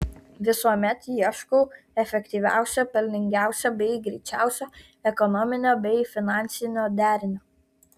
visuomet ieškau efektyviausio pelningiausio bei greičiausio ekonominio bei finansinio derinio